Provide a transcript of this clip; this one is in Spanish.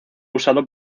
usado